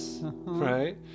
right